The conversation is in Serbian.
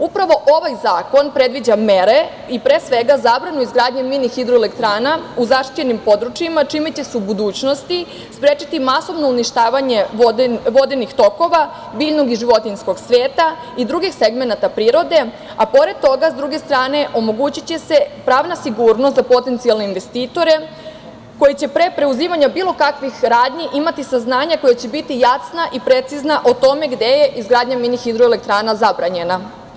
Upravo ovaj zakon predviđa mere i, pre svega, zabranu izgradnje mini hidroelektrana u zaštićenim područjima, čime će se u budućnosti sprečiti masovno uništavanje vodenih tokova, biljnog i životinjskog sveta i drugih segmenata prirode, a pored toga, s druge strane, omogućiće se pravna sigurnost za potencijalne investitore koji će pre preuzimanja bilo kakvih radnji imati saznanja, koja će biti jasna i precizna o tome gde je izgradnja mini hidroelktrana zabranjena.